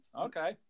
Okay